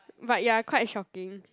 but ya quite shocking